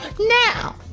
Now